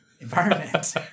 environment